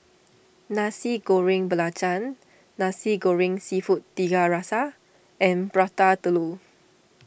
Nasi Goreng Belacan Nasi Goreng Seafood Tiga Rasa and Prata Telur